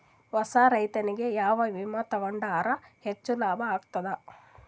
ಹೊಸಾ ರೈತನಿಗೆ ಯಾವ ವಿಮಾ ತೊಗೊಂಡರ ಹೆಚ್ಚು ಲಾಭ ಆಗತದ?